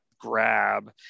grab